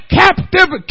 captive